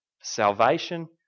Salvation